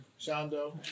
Shondo